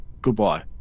goodbye